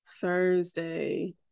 Thursday